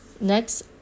Next